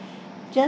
just